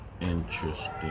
Interesting